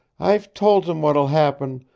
i've told him what'll happen,